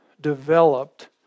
developed